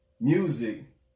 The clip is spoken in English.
Music